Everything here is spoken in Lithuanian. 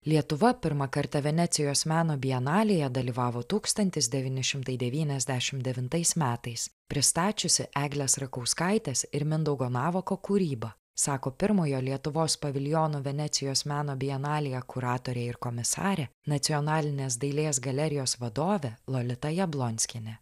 lietuva pirmą kartą venecijos meno bienalėje dalyvavo tūkstantis devyni šimtai devyniasdešim devintais metais pristačiusi eglės rakauskaitės ir mindaugo navako kūrybą sako pirmojo lietuvos paviljono venecijos meno bienalėje kuratorė ir komisarė nacionalinės dailės galerijos vadovė lolita jablonskienė